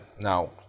Now